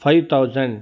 five thousand